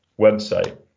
website